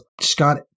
Scott